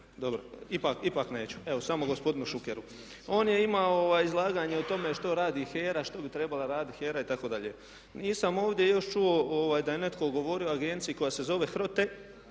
Dobro, ipak neću. Evo samo gospodinu Šukeru. On je imao izlaganje o tome što radi HERA, što bi trebala raditi HERA itd. Nisam ovdje još čuo da je netko govorio o agenciji koja se zove HROTE